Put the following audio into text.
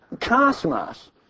Cosmos